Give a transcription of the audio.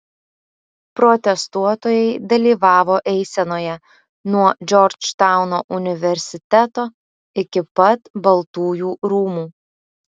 protestuotojai dalyvavo eisenoje nuo džordžtauno universiteto iki pat baltųjų rūmų